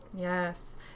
Yes